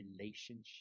relationship